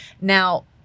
Now